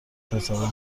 تصور